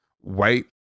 white